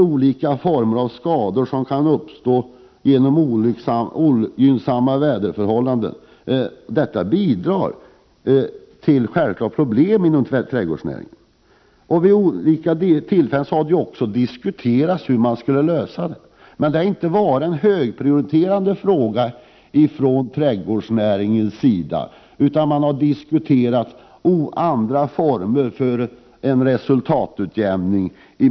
Olika former av skador som kan uppstå genom ogynnsamma väderförhållanden bidrar självfallet till problem för trädgårdsnäringen. Vi har också vid skilda tillfällen diskuterat hur sådana problem skall lösas. Frågan har emellertid inte varit högprioriterad från trädgårdsnäringen, utan man har där diskuterat andra former för en resultatutjämning.